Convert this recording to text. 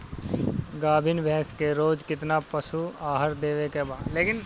गाभीन भैंस के रोज कितना पशु आहार देवे के बा?